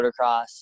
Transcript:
motocross